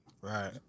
Right